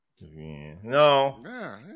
No